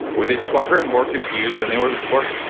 would they just walk around more confused than they were before?